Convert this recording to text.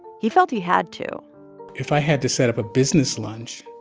he felt he had to if i had to set up a business lunch,